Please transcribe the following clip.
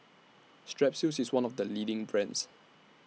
Strepsils IS one of The leading brands